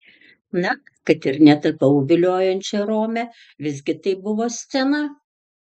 na kad ir netapau viliojančia rome visgi tai buvo scena